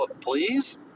Please